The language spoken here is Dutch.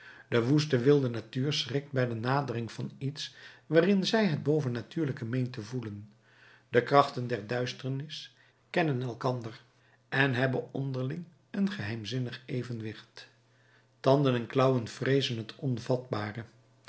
de woeste wilde natuur schrikt bij de nadering van iets waarin zij het bovennatuurlijke meent te voelen de krachten der duisternis kennen elkander en hebben onderling een geheimzinnig evenwicht tanden en